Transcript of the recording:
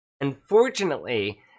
Unfortunately